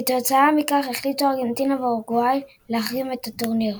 כתוצאה מכך החליטו ארגנטינה ואורוגוואי להחרים את הטורניר.